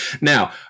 Now